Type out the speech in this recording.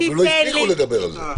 אפילו הפסיקו לדבר הזה.